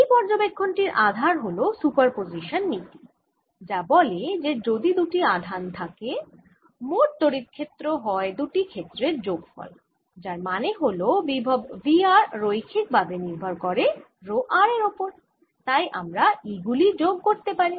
এই পর্যবেক্ষণ টির আধার হল সুপারপজিশন নীতি যা বলে যে যদি দুটি আধান থাকে মোট তড়িৎ ক্ষেত্র হয় দুটি ক্ষেত্রের যোগফল যার মানে হল বিভব V r রৈখিকভাবে নির্ভর করে রো r এর ওপর তাই আমরা E গুলি যোগ করতে পারি